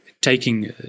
taking